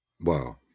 Wow